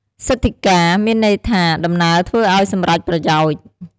សិទិ្ធកា មានន័យថា ដំណើរធ្វើឲ្យសម្រេចប្រយោជន៍។